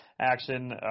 action